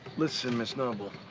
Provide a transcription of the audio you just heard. listen, miss noble,